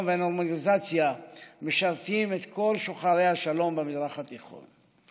והנורמליזציה משרתים את כל שוחרי השלום במזרח התיכון.